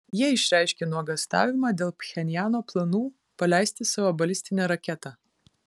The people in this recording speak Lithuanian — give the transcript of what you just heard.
jie išreiškė nuogąstavimą dėl pchenjano planų paleisti savo balistinę raketą